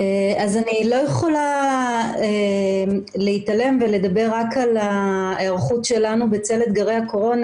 אני לא יכולה להתעלם ולדבר רק על ההיערכות שלנו בצל אתגרי הקורונה.